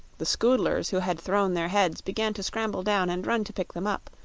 the scoodlers who had thrown their heads began to scramble down and run to pick them up,